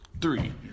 Three